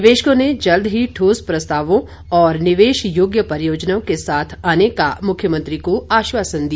निवेशकों ने जल्द ही ठोस प्रस्तावों व निवेश योग्य परियोजनाओं के साथ आने का मुख्यमंत्री को आश्वासन दिया